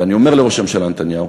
ואני אומר לראש הממשלה נתניהו,